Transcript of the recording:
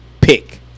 Pick